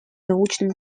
научным